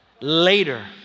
later